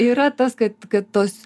yra tas kad kad tos